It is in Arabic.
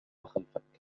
خلفك